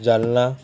Jalna